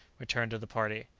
returned to the party.